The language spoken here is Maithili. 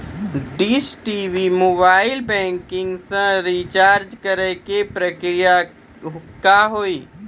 डिश टी.वी मोबाइल बैंकिंग से रिचार्ज करे के प्रक्रिया का हाव हई?